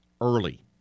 early